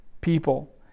people